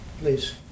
Please